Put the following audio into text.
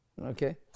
Okay